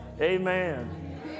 amen